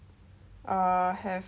err have